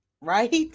right